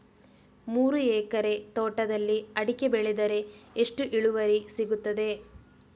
ಮೂರು ಎಕರೆ ತೋಟದಲ್ಲಿ ಅಡಿಕೆ ಬೆಳೆದರೆ ಎಷ್ಟು ಇಳುವರಿ ಸಿಗುತ್ತದೆ?